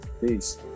Peace